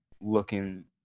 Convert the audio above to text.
looking